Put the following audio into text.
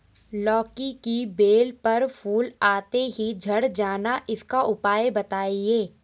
लौकी की बेल पर फूल आते ही झड़ जाना इसका उपाय बताएं?